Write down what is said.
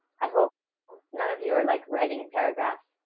i hope none of you are like writing paragraphs.